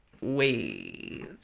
wait